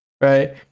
right